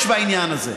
להתבחשש בעניין הזה.